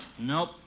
Nope